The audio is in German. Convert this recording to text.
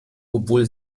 obwohl